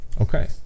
Okay